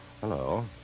Hello